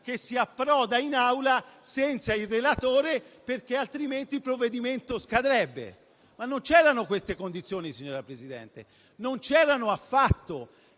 di approdare in Assemblea senza il relatore, perché altrimenti il provvedimento scadrebbe. Ma non c'erano queste condizioni. Signor Presidente, non c'erano affatto.